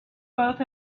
both